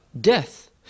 death